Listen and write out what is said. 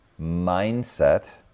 mindset